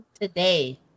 today